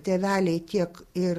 tėveliai tiek ir